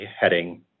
heading